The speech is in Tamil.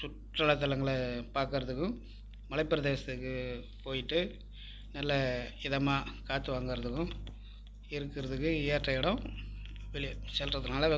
சுற்றுலா தளங்களை பார்க்குறதுக்கும் மலை பிரதேசத்துக்கு போயிட்டு நல்ல இதமாக காற்று வாங்கிறதுக்கும் இருக்கிறதுக்கு ஏற்ற இடம் வெளி செல்கிறதுனால வெப்